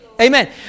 Amen